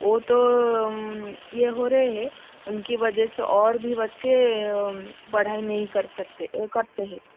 वो तो ये हो रहे है उनकी वजह से और भी बच्चे पढ़ाई नहीं कर सकते है करते हैं